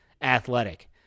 athletic